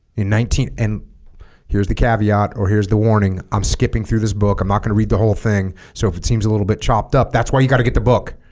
in nineteen and here's the caveat or here's the warning i'm skipping through this book i'm not going to read the whole thing so if it seems a little bit chopped up that's why you got to get the book